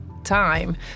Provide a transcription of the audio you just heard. time